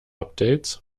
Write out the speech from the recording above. updates